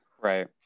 right